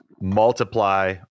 multiply